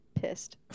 pissed